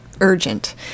urgent